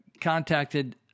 contacted